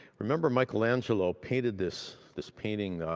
remember michelangelo painted this this painting,